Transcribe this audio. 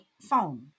phone